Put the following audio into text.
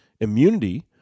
Immunity